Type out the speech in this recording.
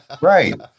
Right